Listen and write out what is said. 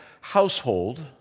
household